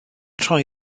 rhoi